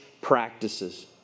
practices